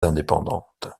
indépendantes